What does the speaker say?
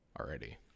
already